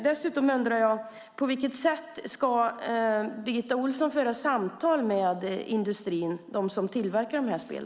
Dessutom undrar jag på vilket sätt Birgitta Ohlsson ska föra samtal med industrin, med dem som tillverkar dessa spel.